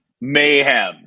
Mayhem